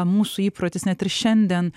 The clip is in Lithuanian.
mūsų įprotis net ir šiandien